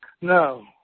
No